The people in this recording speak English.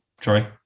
troy